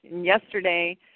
Yesterday